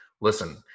Listen